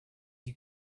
you